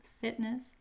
fitness